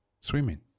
swimming